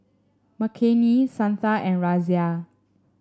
Makineni Santha and Razia